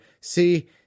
see